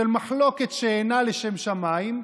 של מחלוקת שאינה לשם שמיים,